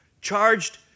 charged